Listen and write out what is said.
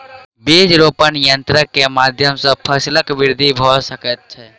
बीज रोपण यन्त्र के माध्यम सॅ फसीलक वृद्धि भ सकै छै